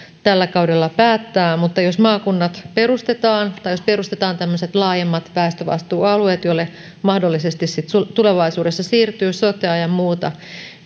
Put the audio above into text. tällä kaudella päättää ja jos maakunnat perustetaan tai perustetaan tämmöiset laajemmat väestövastuualueet joille mahdollisesti sitten tulevaisuudessa siirtyy sotea ja muuta